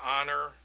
honor